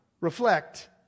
reflect